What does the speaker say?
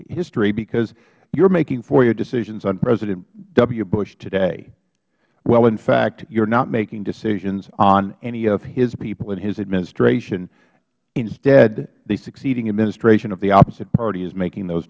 history because you are making foia decisions on president w bush today while in fact you are not making decisions on any of his people and his administration instead the succeeding administration of the opposite party is making those